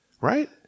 right